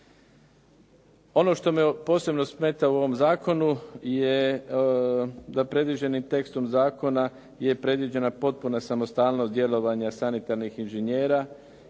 Ono što me posebno smeta u ovom zakonu je da predviđenim tekstom zakona je predviđena potpuna samostalnost djelovanja sanitarnih inžinjera,